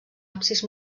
absis